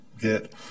get